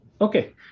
Okay